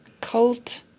Cult